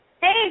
Hey